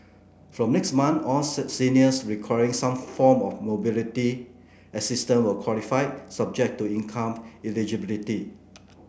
from next month all seniors requiring some form of mobility assistance will qualify subject to income eligibility